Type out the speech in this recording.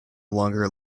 longer